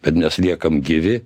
bet mes liekam gyvi